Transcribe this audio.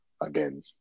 again